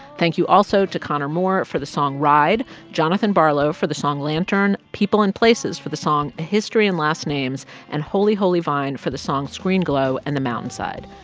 thank you also to connor moore for the song ride, jonathan barlow for the song lantern, people plus places for the song a history in last names and holy holy vine for the song screen glow and the mountainside.